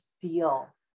feel